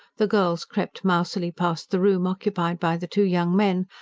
the girls crept mousily past the room occupied by the two young men,